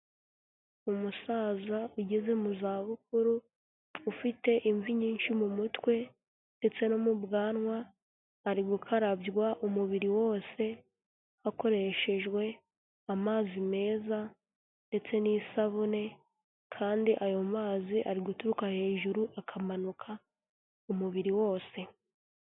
Umusaza ugeze mu zabukuru ufite imvi nyinshi mu mutwe ndetse no mu bwanwa, ari gukarabywa umubiri wose hakoreshejwe amazi meza ndetse n'isabune, kandi ayo mazi ari guturuka hejuru akamanuka umubiri wose.